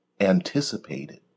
anticipated